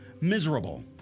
Miserable